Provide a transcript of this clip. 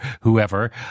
whoever